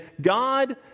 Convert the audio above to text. God